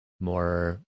more